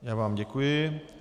Já vám děkuji.